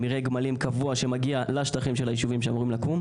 מרעה גמלים קבוע לשטחים שאמורים לקום.